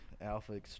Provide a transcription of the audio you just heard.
Alpha